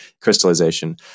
crystallization